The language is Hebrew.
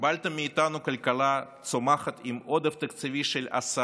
קיבלתם מאיתנו כלכלה צומחת עם עודף תקציבי של 10